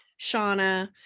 Shauna